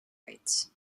rates